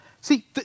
See